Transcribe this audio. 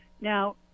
Now